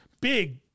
big